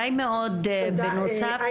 אני חושבת שהגיע הזמן גם